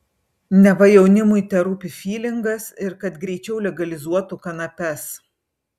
neva jaunimui terūpi fylingas ir kad greičiau legalizuotų kanapes